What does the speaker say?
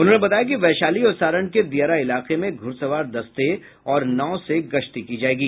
उन्होंने बताया कि वैशाली और सारण के दियारा इलाके में घुड़सवार दस्ते और नाव से गश्ती की जाएगी